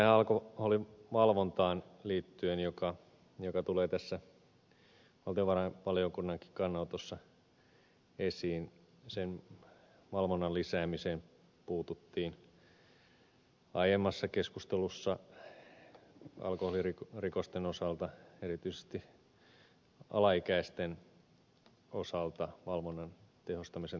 myös tähän alkoholivalvontaan liittyen joka tulee tässä valtiovarainvaliokunnankin kannanotossa esiin valvonnan lisäämiseen puututtiin aiemmassa keskustelussa alkoholirikosten osalta erityisesti alaikäisten osalta valvonnan tehostamisen tarpeeseen